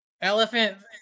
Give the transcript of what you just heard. Elephant